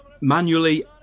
Manually